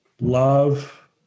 love